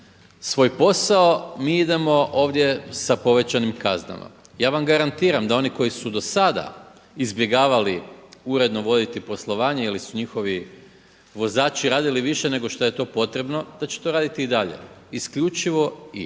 svoj posao mi idemo ovdje sa povećanim kaznama. Ja vam garantiram da oni koji su do sada izbjegavali uredno voditi poslovanje ili su njihovi vozači radili više nego što je to potrebno da će to raditi i dalje. Isključivo i,